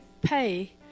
pay